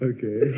Okay